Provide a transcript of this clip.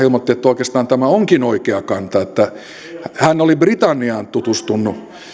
ilmoitti että oikeastaan tämä onkin oikea kanta hän oli britanniaan tutustunut